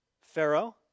Pharaoh